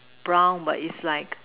brown but is like